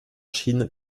chine